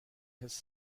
his